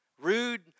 rude